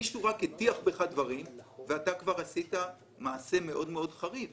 מישהו רק הטיח בך דברים ואתה עשית מעשה מאוד מאוד חריף.